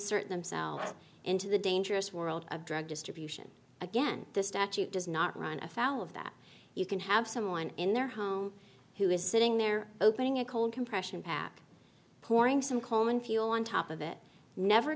t themselves into the dangerous world of drug distribution again the statute does not run afoul of that you can have someone in their home who is sitting there opening a cold compression pack pouring some coleman fuel on top of it never